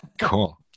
Cool